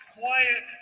quiet